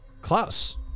Klaus